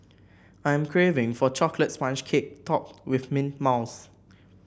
I am craving for a chocolate sponge cake topped with mint mousse